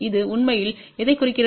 இது உண்மையில் எதைக் குறிக்கிறது